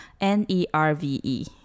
n-e-r-v-e